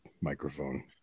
microphone